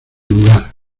lugar